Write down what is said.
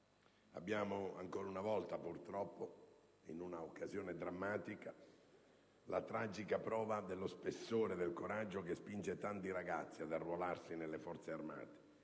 Abbiamo, ancora una volta, purtroppo, in un'occasione drammatica, la tragica prova dello spessore del coraggio che spinge tanti ragazzi ad arruolarsi nelle Forze armate.